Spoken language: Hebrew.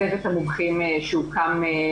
אבל דווקא עכשיו,